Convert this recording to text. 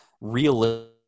realistic